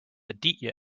aditya